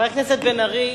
חבר הכנסת בן-ארי,